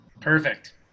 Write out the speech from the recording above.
Perfect